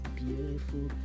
beautiful